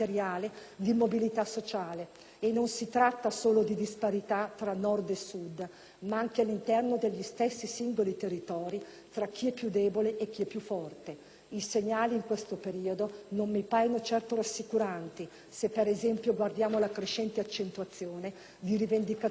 E non si tratta solo di disparità tra Nord e Sud, ma anche all'interno degli stessi singoli territori tra chi è più debole e chi è più forte. I segnali in questo periodo non mi paiono certo rassicuranti, se, per esempio, guardiamo alla crescente accentuazione di rivendicazioni corporative e territoriali